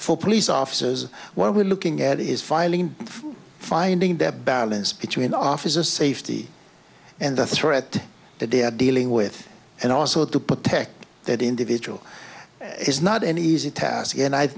r police offices where we're looking at is filing and finding that balance between officer safety and the threat that they're dealing with and also to protect that individual is not an easy task and i